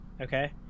okay